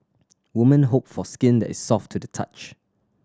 woman hope for skin that is soft to the touch